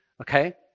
Okay